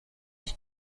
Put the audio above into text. ich